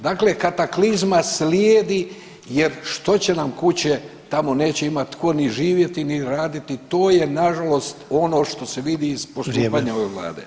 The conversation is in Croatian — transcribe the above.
Dakle, kataklizma slijedi jer što će nam kuće, tamo neće imati tko niti živjeti, ni raditi to je na žalost ono što se vidi iz postupanja ove Vlade.